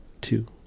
two